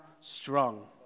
strong